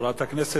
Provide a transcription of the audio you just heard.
גם האחיות